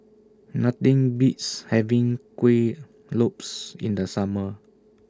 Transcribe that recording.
Nothing Beats having Kuih Lopes in The Summer